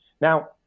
Now